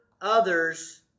others